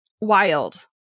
wild